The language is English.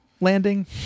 landing